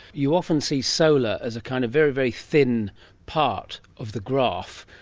you often see solar as a kind of very, very thin part of the graph,